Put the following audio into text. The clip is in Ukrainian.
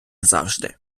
завжди